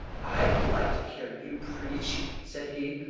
i like to hear you preach, said he.